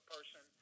Person